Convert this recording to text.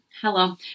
Hello